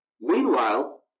Meanwhile